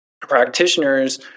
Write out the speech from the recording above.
practitioners